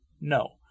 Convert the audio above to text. No